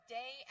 day